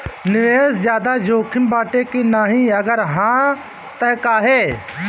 निवेस ज्यादा जोकिम बाटे कि नाहीं अगर हा तह काहे?